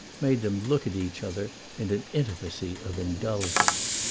made them look at each other in an intimacy of indulgence.